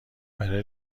برای